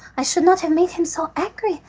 i should not have made him so angry.